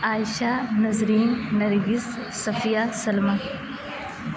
Aisha Nazreen Nargis Safia Salma